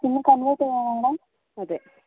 SIM convert ചെയ്യാൻ ആണോ